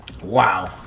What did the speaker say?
Wow